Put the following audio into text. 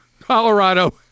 colorado